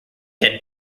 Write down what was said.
had